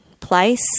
place